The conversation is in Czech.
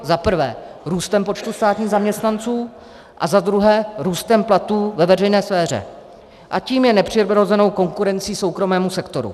Za prvé růstem počtu státních zaměstnanců a za druhé růstem platů ve veřejné sféře, a tím je nepřirozenou konkurencí soukromému sektoru.